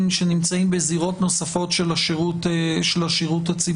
שנמצאים בזירות נוספות של השירות הציבורי.